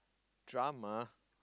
drama